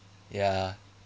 ya